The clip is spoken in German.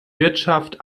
wirtschaft